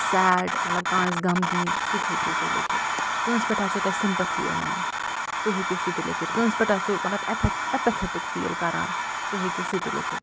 sad مطلب کانٛہہ آسہِ غمگیٖن سُہ تہِ ہیٚکِو تُہۍ لٮ۪کھِتھ کٲنٛسہِ پٮ۪ٹھ آسیو تُہۍ سِمپتھی یِوان تُہۍ ہیٚکِو سُہ تہِ لیٚکھِتھ کٲنٛسہِ پٮ۪ٹھ آسیو مطلب اٮ۪پ اٮ۪پتھٹِک فیٖل کَران تُہۍ ہیٚکِو سُہ تہِ لیٚکھِتھ